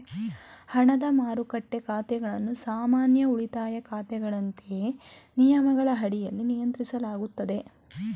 ಹಣದ ಮಾರುಕಟ್ಟೆ ಖಾತೆಗಳನ್ನು ಸಾಮಾನ್ಯ ಉಳಿತಾಯ ಖಾತೆಗಳಂತೆಯೇ ನಿಯಮಗಳ ಅಡಿಯಲ್ಲಿ ನಿಯಂತ್ರಿಸಲಾಗುತ್ತದೆ